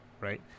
right